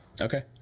Okay